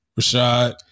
Rashad